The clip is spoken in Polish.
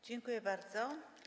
Dziękuję bardzo.